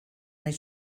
nahi